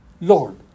Lord